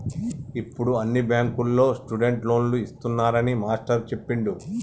ఇప్పుడు అన్ని బ్యాంకుల్లో స్టూడెంట్ లోన్లు ఇస్తున్నారని మాస్టారు చెప్పిండు